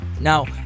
Now